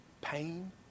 pain